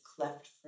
cleft